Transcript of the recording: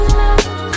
love